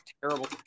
terrible